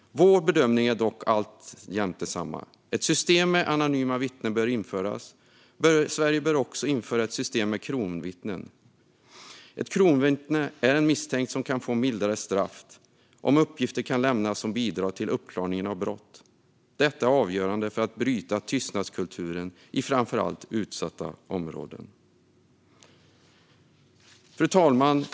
Vår bedömning är dock alltjämt densamma: Ett system med anonyma vittnen bör införas, och Sverige bör även införa ett system med kronvittnen. Ett kronvittne är en misstänkt som kan få mildare straff om uppgifter kan lämnas som bidrar till uppklaringen av ett brott. Detta är avgörande för att bryta tystnadskulturen i framför allt utsatta områden. Fru talman!